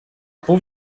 πού